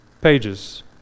pages